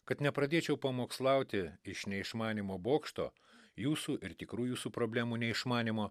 kad nepradėčiau pamokslauti iš neišmanymo bokšto jūsų ir tikrų jūsų problemų neišmanymo